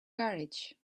garage